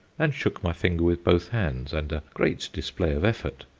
and shook my finger with both hands and a great display of effort.